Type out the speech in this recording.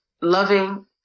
loving